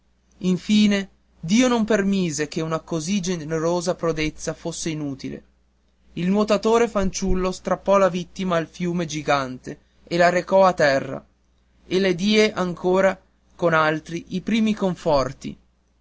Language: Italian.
infine dio non permise che una così generosa prodezza fosse inutile il nuotatore fanciullo strappò la vittima al fiume gigante e la recò a terra e le diè ancora con altri i primi conforti